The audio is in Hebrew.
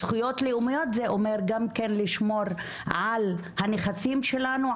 זכויות לאומיות זה אומר גם כן לשמור על הנכסים שלנו,